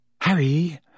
Harry